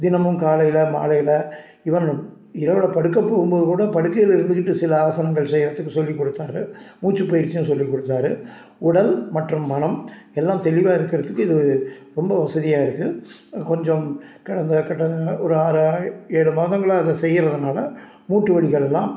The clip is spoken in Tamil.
தினமும் காலையில் மாலையில ஈவென் இரவில் படுக்க போகும்போது கூட படுக்கையில் இருந்துக்கிட்டு சில ஆசனங்கள் செய்கிறத்துக்கு சொல்லிக் கொடுத்தாரு மூச்சிப்பயிற்சியும் சொல்லிக் கொடுத்தாரு உடல் மற்றும் மனம் எல்லாம் தெளிவாக இருக்கிறதுக்கு இது ரொம்ப வசதியாக இருக்குது கொஞ்சம் கடந்த கிட்டத்தட்ட ஒரு ஆறரை ஏழு மாதங்களாக அதை செய்கிறதுனால மூட்டு வலிகள் எல்லாம்